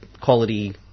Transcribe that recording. quality